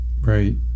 Right